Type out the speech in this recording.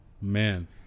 Man